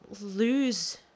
lose